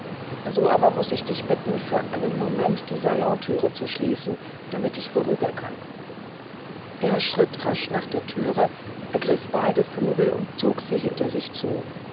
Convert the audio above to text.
so aber muß ich dich bitten für einen moment die salonthüre zu schließen damit ich vorüber kann er schritt rasch nach der thüre ergriff beide flügel und zog sie hinter sich zu